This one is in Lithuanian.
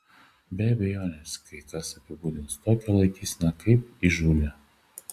be abejonės kai kas apibūdins tokią laikyseną kaip įžūlią